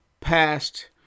past